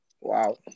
Wow